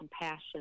compassion